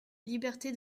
liberté